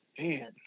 man